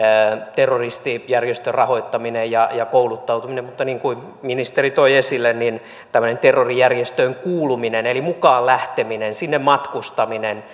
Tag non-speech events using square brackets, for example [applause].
terroristijärjestön rahoittaminen ja ja kouluttautuminen mutta niin kuin ministeri toi esille tämmöinen terrorijärjestöön kuuluminen eli mukaan lähteminen sinne matkustaminen [unintelligible]